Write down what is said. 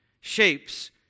shapes